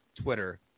Twitter